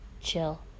chill